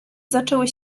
zaczęły